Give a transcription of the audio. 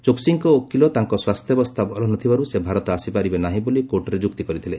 ଚୋକ୍ସିଙ୍କ ଓକିଲ ତାଙ୍କ ସ୍ୱାସ୍ଥ୍ୟାବସ୍ଥା ଭଲ ନଥିବାରୁ ସେ ଭାରତ ଆସିପାରିବେ ନାହିଁ ବୋଲି କୋର୍ଟରେ ଯୁକ୍ତି କରିଥିଲେ